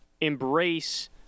embrace